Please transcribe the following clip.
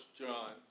John